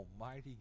Almighty